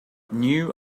new